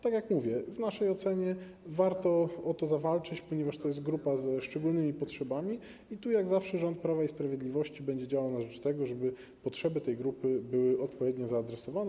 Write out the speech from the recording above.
Tak jak mówię, w naszej ocenie warto o to zawalczyć, ponieważ to jest grupa ze szczególnymi potrzebami i tu jak zawsze rząd Prawa i Sprawiedliwości będzie działał na rzecz tego, żeby potrzeby tej grupy były odpowiednio zaadresowane.